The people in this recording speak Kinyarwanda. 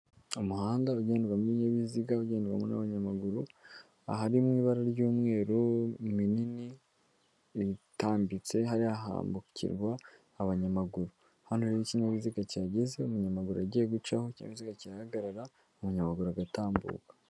Umuhanda ugenderwamo ibinyabiziga, ugenderwamo n'abanyamaguru, ahari mu ibara ry'umweru, minini, itambitse hariya hambukirwa abanyamaguru, hano rero iyo ikinyabiziga kihageze umunyamaguru agiye gucaho, ikinyabiziga kirahagarara, umunyamaguru agatambuka.